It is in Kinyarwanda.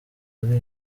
ari